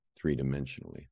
three-dimensionally